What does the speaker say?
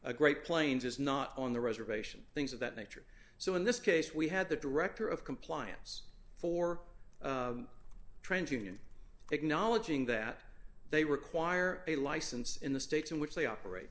a great plains is not on the reservation things of that nature so in this case we had the director of compliance for trenton and acknowledging that they require a license in the states in which they operate